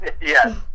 yes